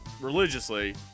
religiously